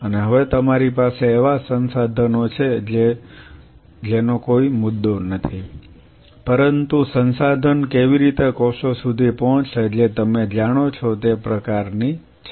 અને હવે તમારી પાસે એવા સંસાધનો છે જે કોઈ મુદ્દો નથી પરંતુ સંસાધન કેવી રીતે કોષો સુધી પહોંચશે જે તમે જાણો છો તે પ્રકારની છે